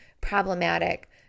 problematic